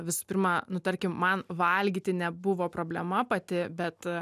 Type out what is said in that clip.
visų pirma nu tarkim man valgyti nebuvo problema pati bet